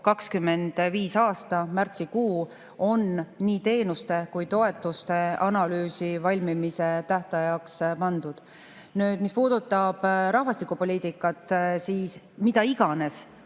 2025. aasta märtsikuu on nii teenuste kui ka toetuste analüüsi valmimise tähtajaks pandud. Mis puudutab rahvastikupoliitikat, siis mida iganes